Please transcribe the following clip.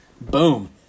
Boom